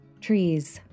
Trees